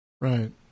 Right